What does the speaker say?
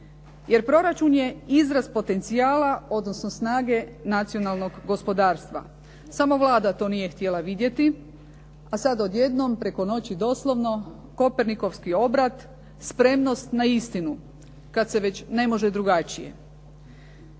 jer proračun je izraz potencijala odnosno snage nacionalnog gospodarstva. Samo Vlada to nije htjela vidjeti a sad odjednom preko noći doslovno kopernikovski obrat, spremnost na istinu kad se već ne može drugačije.